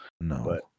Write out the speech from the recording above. no